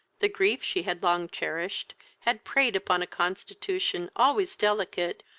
the grief she had long cherished had preyed upon a constitution, always delicate,